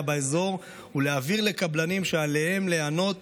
באזור ולהבהיר לקבלנים שעליהם להיענות